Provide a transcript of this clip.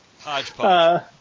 Hodgepodge